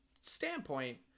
standpoint